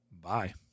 Bye